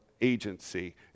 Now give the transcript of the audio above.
agency